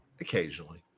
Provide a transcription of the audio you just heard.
Occasionally